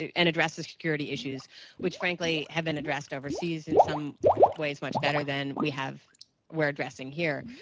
and address the security issues which frankly had been addressed overseas in some ways much better than we have we're addressing here.